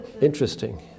Interesting